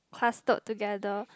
clustered together